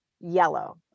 yellow